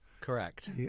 Correct